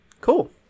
Cool